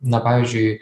na pavyzdžiui